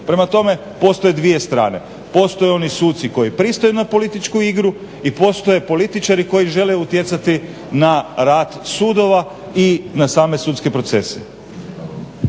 Prema tome, postoje dvije strane, postoje oni suci koji pristaju na političku igru i postoje političari koji žele utjecati na rad sudova i na same sudske procese.